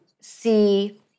see